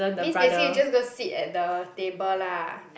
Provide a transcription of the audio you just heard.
means basically you're just gonna sit at the table lah